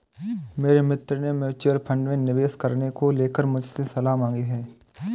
मेरे मित्र ने म्यूच्यूअल फंड में निवेश करने को लेकर मुझसे सलाह मांगी है